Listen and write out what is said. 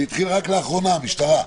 זה התחיל רק לאחרונה, המשטרה.